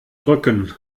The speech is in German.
drücken